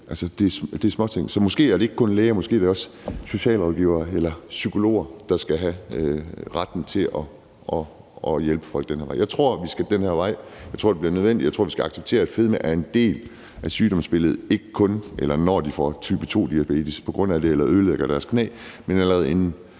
Det er småting. Så måske er det ikke kun læger, men også socialrådgivere eller psykologer, der skal have retten til at hjælpe folk på den her måde. Jeg tror, at vi skal den her vej. Jeg tror, det bliver nødvendigt. Jeg tror, at vi skal acceptere, at fedme er en del af sygdomsbilledet, ikke kun når de får type 2-diabetes på grund af det eller ødelægger deres knæ, men allerede inden.